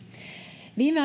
viime